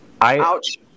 Ouch